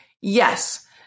Yes